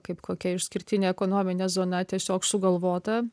kaip kokia išskirtinė ekonominė zona tiesiog sugalvota